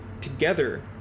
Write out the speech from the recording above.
together